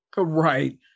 Right